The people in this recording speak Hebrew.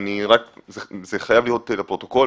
אני רוצה להצהיר לפרוטוקול.